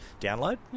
download